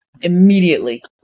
immediately